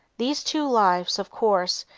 these two lives, of course,